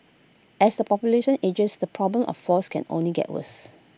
as the population ages the problem of falls can only get worse